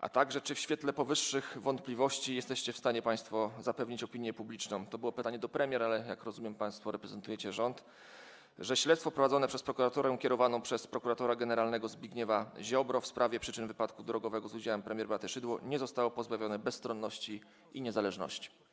a także czy w świetle powyższych wątpliwości jesteście w stanie państwo zapewnić opinię publiczną - to było pytanie do premier, ale, jak rozumiem, państwo reprezentujecie rząd - że śledztwo prowadzone przez prokuraturę kierowaną przez prokuratora generalnego Zbigniewa Ziobrę w sprawie przyczyn wypadku drogowego z udziałem premier Beaty Szydło nie zostało pozbawione waloru bezstronności i niezależności?